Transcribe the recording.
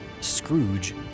Scrooge